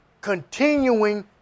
continuing